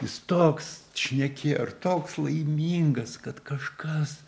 jis toks šnekėjo ir toks laimingas kad kažkas